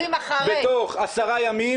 הוועדה מנחה אתכם לאשר את הפרוטוקול בתוך עשרה ימים